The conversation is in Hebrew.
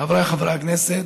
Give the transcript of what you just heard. חבריי חברי הכנסת,